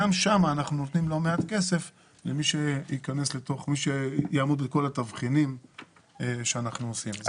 גם שם אנחנו נותנים לא מעט כסף למי שיעמוד בכל התבחינים שאנחנו עושים.